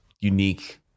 unique